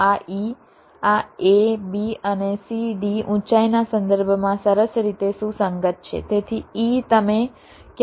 આ e આ a b અને c d ઊંચાઈના સંદર્ભમાં સરસ રીતે સુસંગત છે તેથી e તમે ક્યાંય નીચે મૂકી શકતા નથી